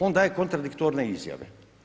On daje kontradiktorne izjave.